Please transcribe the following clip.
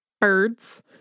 birds